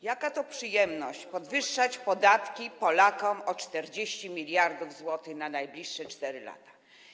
Jaka to przyjemność podwyższać podatki Polakom o 40 mld zł przez najbliższe 4 lata?